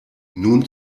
nun